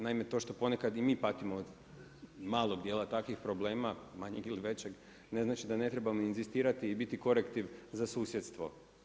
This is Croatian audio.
Naime, to što ponekad i mi patimo od malog dijela takvih problema, manjeg ili većeg ne znači da ne trebam inzistirati i biti korektiv za susjedstvo.